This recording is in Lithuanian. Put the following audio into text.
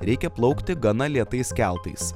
reikia plaukti gana lėtais keltais